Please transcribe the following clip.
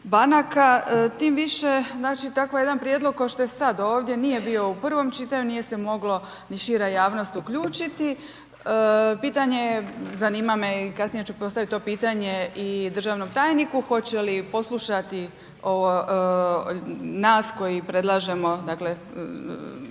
banaka, tim više, znači, tako jedan prijedlog košto je sad ovdje nije bio u prvom čitanju, nije se mogla ni šira javnost uključiti, pitanje je, zanima me i kasnije ću postaviti to pitanje i državnom tajniku, hoće li poslušati nas koji predlažemo, dakle,